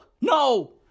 No